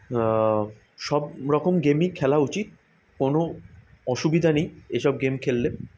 সব রকম গেমই খেলা উচিত কোন অসুবিধা নেই এসব গেম খেললে